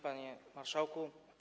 Panie Marszałku!